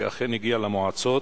שאכן הגיע למועצות